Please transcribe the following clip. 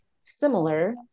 similar